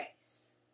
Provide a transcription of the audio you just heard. race